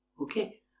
okay